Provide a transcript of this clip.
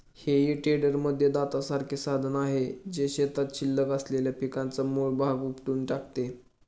हेई टेडरमध्ये दातासारखे साधन आहे, जे शेतात शिल्लक असलेल्या पिकाचा मूळ भाग उपटून टाकते